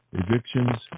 evictions